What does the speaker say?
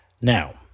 Now